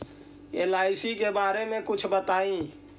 LIC के बारे मे कुछ बताई?